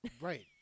Right